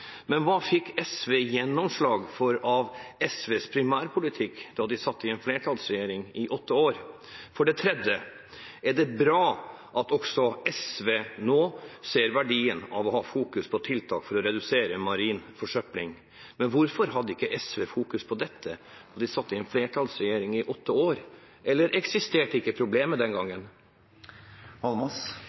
men hva fikk SV gjennomslag for av SVs primærpolitikk da de satt i en flertallsregjering i åtte år? For det tredje er det bra at også SV nå ser verdien av å fokusere på tiltak for å redusere marin forsøpling. Men hvorfor fokuserte ikke SV på dette da de satt i en flertallsregjering i åtte år? Eksisterte ikke problemet den